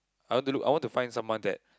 I want to look I want to find someone that